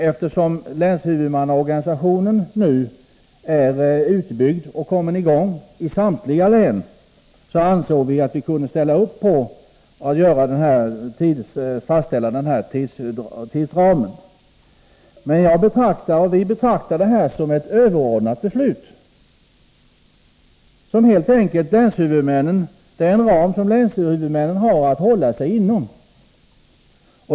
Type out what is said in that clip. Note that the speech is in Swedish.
Eftersom länshuvudmannaorganisatio nen nu är utbyggd och har kommit i gång i samtliga län, ansåg vi att vi kunde gå med på att fastställa den här tidsramen. Vi betraktar detta som ett överordnat beslut som länshuvudmännen har att hålla sig inom.